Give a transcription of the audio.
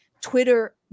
Twitter